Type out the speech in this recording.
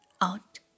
out